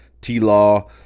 T-Law